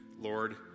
Lord